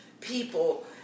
people